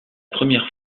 première